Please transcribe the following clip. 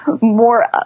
more